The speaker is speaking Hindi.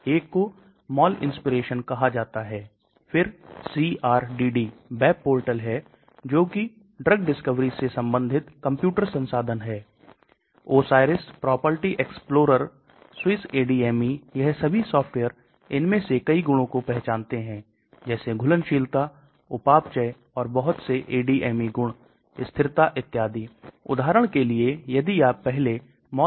Colon यह 1 से 3 दिन है सतह का क्षेत्रफल फिर से बहुत कम है pH लगभग छारीय क्षेत्र में है इसलिए हम अत्यधिक अम्लीय से छारीय क्षेत्र की तरफ और फिर कम सतह क्षेत्रफल की ओर बढ़ रहे हैं बहुत बहुत अधिक सतह क्षेत्रफल फिर से कम सतह क्षेत्रफल और जैसा कि आप देख सकते हैं कि पारगमन समय भी बदल रहा है